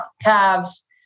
calves